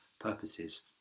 purposes